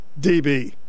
dB